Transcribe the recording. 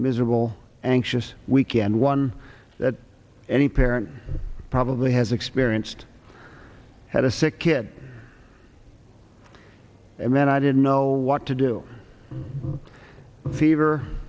miserable anxious weekend one that any parent probably has experienced had a sick kid and then i didn't know what to do fever